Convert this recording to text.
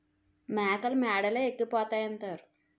మేకలు మేడలే ఎక్కిపోతాయంతారు